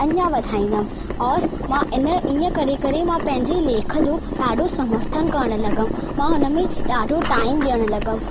अञा वधाईंदमि और मां इन इअं करे करे मां पंहिंजे लेख जो ॾाढो समर्थन करणु लॻमि मां उन में ॾाढो टाइम ॾियणु लॻमि